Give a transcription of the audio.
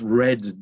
red